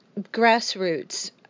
grassroots